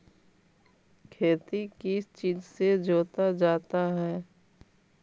खेती किस चीज से जोता जाता है?